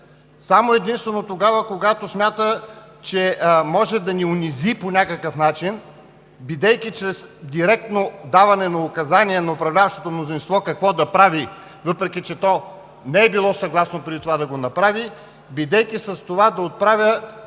само и единствено тогава, когато смята, че може да ни унизи по някакъв начин, бидейки чрез директно даване на указания на управляващото мнозинство какво да прави, въпреки че то не е било съгласно преди това да го направи, бидейки с това да отправя